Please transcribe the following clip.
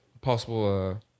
possible